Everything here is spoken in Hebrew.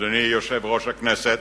אדוני יושב-ראש הכנסת,